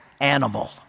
animal